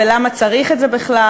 ולמה צריך את זה בכלל,